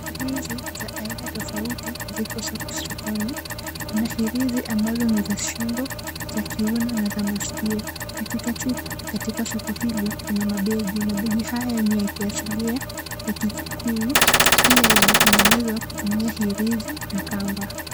Hirizi za aina tofauti ziko sokoni. Kuna hirizi ambazo ni za shingo, za kiuno na za masikio. Katikati katika soko hilo kuna mabegi. Mabegi haya ni ya kiasilia, ya Kikuyu. Pia yametengenezwa kwa hirizi na kamba.